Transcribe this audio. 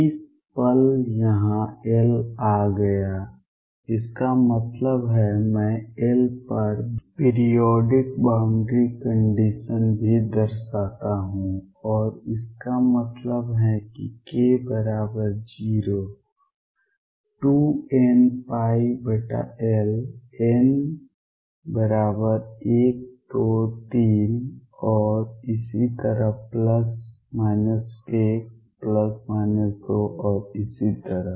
इस पल यहाँ L आ गया इसका मतलब है मैं L पर पीरिऑडिक बाउंड्री कंडीशन भी दर्शाता हूं और इसका मतलब है कि k02nπL n123 और इसी तरह ±1 ±2 और इसी तरह